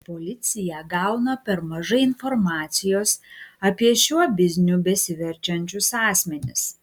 policija gauna per mažai informacijos apie šiuo bizniu besiverčiančius asmenis